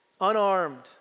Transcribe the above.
unarmed